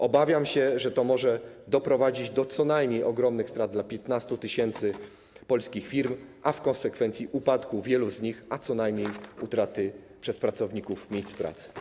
Obawiam się, że to może doprowadzić co najmniej do ogromnych strat dla 15 tys. polskich firm, a w konsekwencji do upadku wielu z nich, a co najmniej utraty przez pracowników miejsc pracy.